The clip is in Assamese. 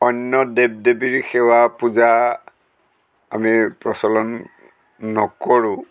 অন্য দেৱ দেৱীৰ সেৱা পূজা আমি প্ৰচলন নকৰোঁ